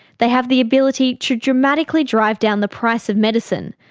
they have the ability to dramatically drive down the price of medicine,